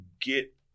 get